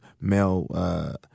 male